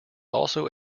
also